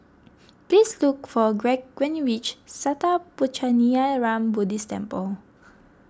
please look for Gregg when you reach Sattha Puchaniyaram Buddhist Temple